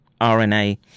RNA